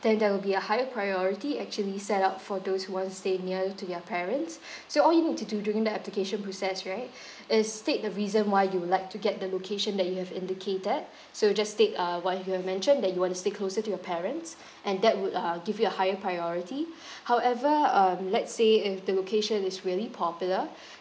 then there will be a higher priority actually set up for those who wants stay near to their parents so all you need to do during the application process right is state the reason why you would like to get the location that you have indicated so just state uh what you have mentioned that you want to stay closer to your parents and that would uh give you a higher priority however um let's say if the location is really popular